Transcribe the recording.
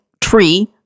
tree